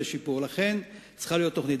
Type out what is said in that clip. לכן, צריכה להיות תוכנית.